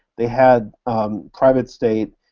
they had private state,